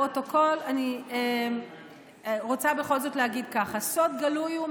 לפרוטוקול אני רוצה בכל זאת להגיד: סוד גלוי הוא,